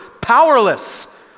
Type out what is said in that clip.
powerless